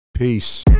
Peace